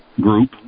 group